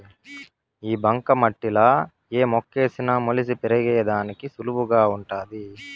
ఈ బంక మట్టిలా ఏ మొక్కేసిన మొలిసి పెరిగేదానికి సులువుగా వుంటాది